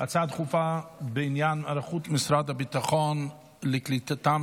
שההצעה הדחופה בעניין היערכות משרד הביטחון לקליטתם